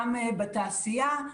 גם בתעשייה,